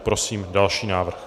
Prosím další návrh.